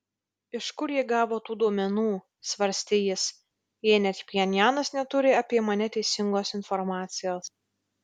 iš kur ji gavo tų duomenų svarstė jis jei net pchenjanas neturi apie mane teisingos informacijos